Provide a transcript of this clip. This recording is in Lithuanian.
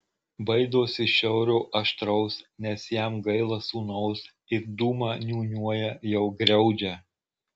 baidosi šiaurio aštraus nes jam gaila sūnaus ir dūmą niūniuoja jau griaudžią